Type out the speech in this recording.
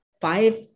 five